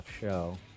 Show